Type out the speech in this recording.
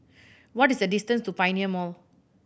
what is the distance to Pioneer Mall